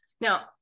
Now